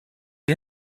der